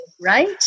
Right